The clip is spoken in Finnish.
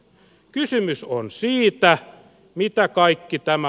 kysymys on siitä mitä kaikki tämä